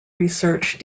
research